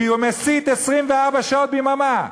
כי הוא מסית 24 שעות ביממה.